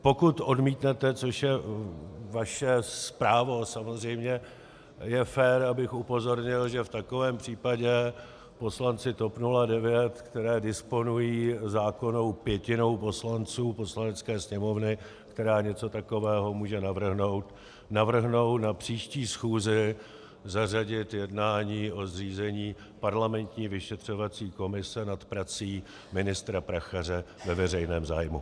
Pokud odmítnete, což je vaše právo samozřejmě, je fér, abych upozornil, že v takovém případě poslanci TOP 09, kteří disponují zákonnou pětinou poslanců Poslanecké sněmovny, která něco takového může navrhnout, navrhnou na příští schůzi zařadit jednání o zřízení parlamentní vyšetřovací komise nad prací ministra Prachaře ve veřejném zájmu.